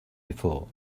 before